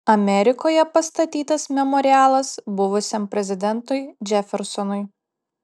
amerikoje pastatytas memorialas buvusiam prezidentui džefersonui